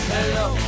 Hello